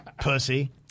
Pussy